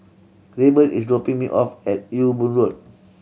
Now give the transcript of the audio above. Rayburn is dropping me off at Ewe Boon Road